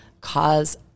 cause